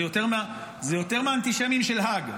זה יותר מהאנטישמים של האג.